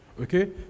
okay